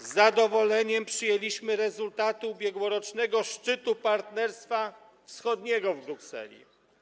Z zadowoleniem przyjęliśmy rezultaty ubiegłorocznego szczytu Partnerstwa Wschodniego w Brukseli.